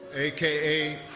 a k a,